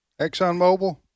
ExxonMobil